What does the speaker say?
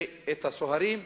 ולסוהרים,